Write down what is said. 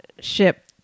ship